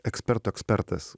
ekspertų ekspertas